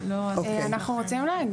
אנחנו רוצים להגיב.